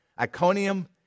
Iconium